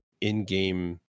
in-game